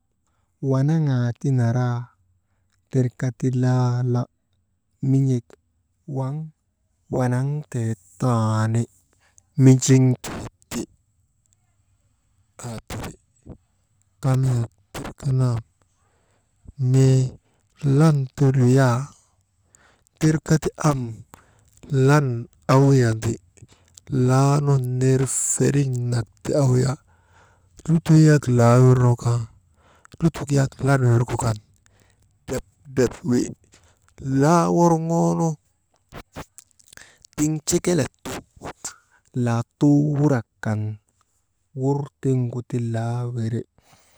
Wanaŋaa ti naraa tirka ti laala, min̰ek waŋ wanaŋtee taani, minjiŋtee ti, aa tiri, kamiyak tirka nam mii lan ti luyaa tirka ti am laanun ner feriŋnak ti awuya, lutoo yak laa wirnu kaa lutok yak lan wirgu kan, drep drep wi, laa worŋoonu tiŋ cekelet tu wut latuu wurak kan, wur tiŋgu ti laa wiri.